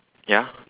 ya